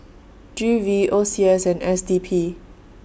G V O C S and S D P